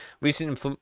recent